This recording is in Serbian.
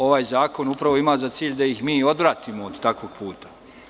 Ovaj zakon upravo ima za cilj da ih mi odvratimo od takvog puta.